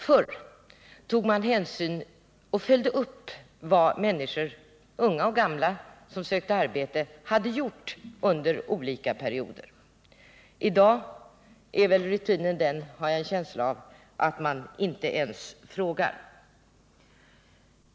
Förr tog man hänsyn till och följde upp vad människor, unga och gamla, som sökte arbete hade gjort under olika perioder. I dag är väl rutinen den, har jag en känsla av, att man inte ens frågar.